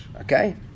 Okay